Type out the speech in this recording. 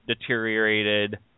deteriorated